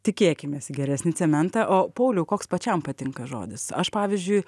tikėkimės geresnį cementą o pauliau koks pačiam patinka žodis aš pavyzdžiui